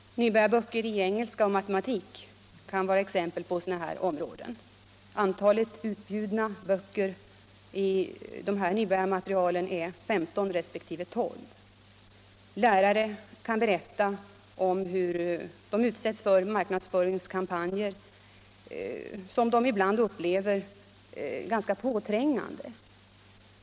Nybörjarböcker i engelska och matematik kan vara exempel på sådana områden. Antalet utbjudna böcker i detta nybörjarmaterial är 15 resp. 12. Lärare kan berätta om hur de utsätts för marknadsföringskampanjer som de ibland upplever som ganska påträngande.